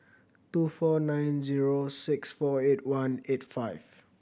two four nine zero six four eight one eight five